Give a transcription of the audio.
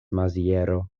maziero